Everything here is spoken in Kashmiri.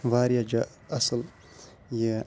واریاہ جا اَصٕل یہِ